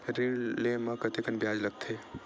ऋण ले म कतेकन ब्याज लगथे?